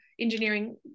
engineering